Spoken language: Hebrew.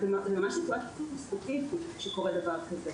זאת ממש סיטואציה --- כשקורה דבר כזה.